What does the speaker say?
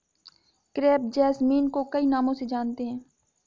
crepe jasmine को कई नामों से जानते हैं